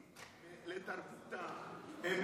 לתרבותם,